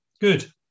good